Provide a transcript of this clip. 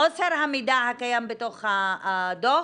חוסר המידע הקיים בתוך הדוח,